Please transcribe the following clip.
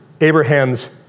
Abraham's